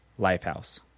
Lifehouse